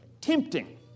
tempting